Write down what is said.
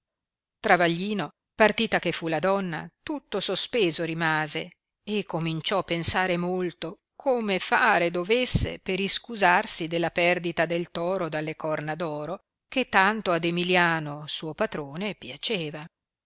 travaglino partita che fu la donna tutto sospeso rimase e cominciò pensare molto come fare dovesse per iscusarsi della perdita del toro dalle corna d'oro che tanto ad emilliano suo patrone piaceva